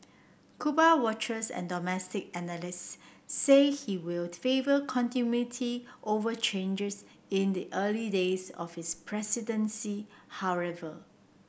Cuba watchers and domestic analysts say he will favour continuity over changers in the early days of his presidency however